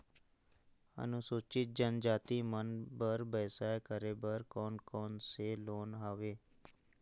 अनुसूचित जनजाति मन बर व्यवसाय करे बर कौन कौन से लोन हवे?